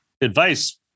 advice